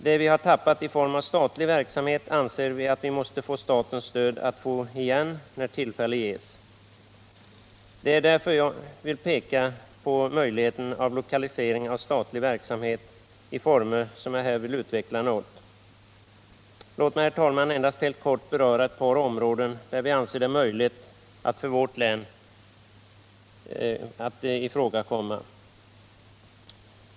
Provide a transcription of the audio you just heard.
Det vi har tappat i form av statlig verksamhet anser vi att vi måste få statens stöd för att få igen när tillfälle ges. Det är därför jag vill peka på möjligheten av lokalisering av statlig verksamhet i former som jag här vill utveckla något. Låt mig, herr talman, endast helt kort beröra ett par områden, där vi anser det möjligt för vårt län att ifrågakomma.